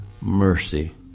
mercy